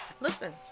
Listen